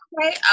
okay